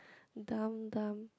dumb dumb